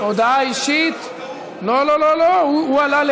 הודעה אישית, זה על החוק ההוא, לא, לא, לא.